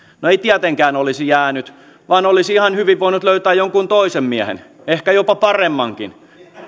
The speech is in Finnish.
no ei tietenkään olisi jäänyt vaan olisi ihan hyvin voinut löytää jonkun toisen miehen ehkä jopa paremmankin